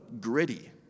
gritty